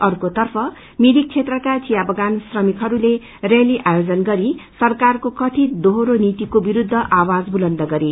अर्कोतर्फ मिरिक क्षेत्रमा चिया बगान श्रमिकहरूले रैली आयोजन गरि सरकारको कथित दोहोरो नीतिको विरूद्ध आवाज बुलन्द गरे